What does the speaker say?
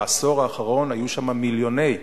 בעשור האחרון היו שם מיליוני,